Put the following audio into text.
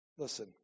Listen